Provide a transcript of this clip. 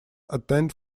attend